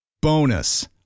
Bonus